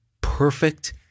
perfect